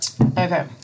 Okay